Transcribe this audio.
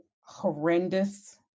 horrendous